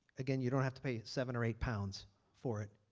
again, you don't have to pay seven or eight pounds for it.